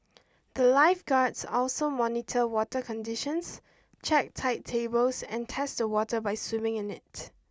the lifeguards also monitor water conditions check tide tables and test the water by swimming in it